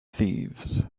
thieves